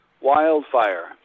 wildfire